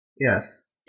Yes